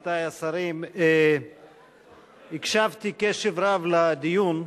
עמיתי השרים, הקשבתי קשב רב לדיון.